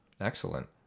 Excellent